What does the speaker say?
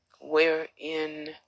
wherein